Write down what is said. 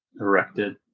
erected